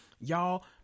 Y'all